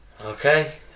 Okay